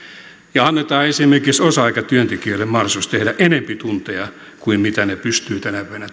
annetaan esimerkiksi osa aikatyöntekijöille mahdollisuus tehdä enempi tunteja kuin he pystyvät tänä päivänä